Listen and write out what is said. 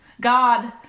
God